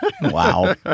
Wow